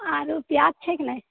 आलू पियाज छै की ने